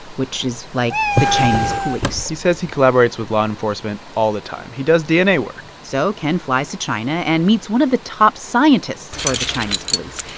which is like the chinese police he says he collaborates with law enforcement all the time. he does dna work so ken flies to china and meets one of the top scientists for the chinese police.